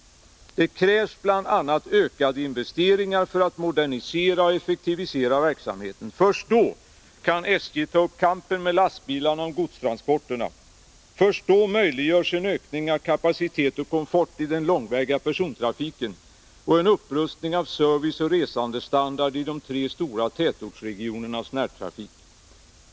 Det krävs bl.a. ökade investeringar för att modernisera och effektivisera verksamheten. Först då kan SJ ta upp kampen med lastbilarna om godstransporterna. Först då möjliggörs en ökning av kapacitet och komfort i den långväga persontrafiken och en upprustning av serviceoch resandestandard i de tre stora tätortsregionernas närtrafik.